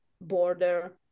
border